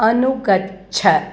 अनुगच्छ